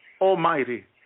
Almighty